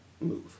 move